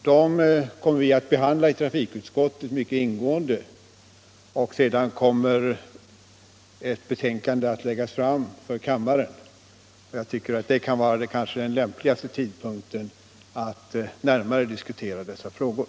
De motionerna kommer vi att behandla i trafikutskottet mycket ingående och sedan kommer ett betänkande att läggas fram för kammaren. Jag tycker att det då kan vara den lämpligaste tidpunkten att närmare diskutera dessa frågor.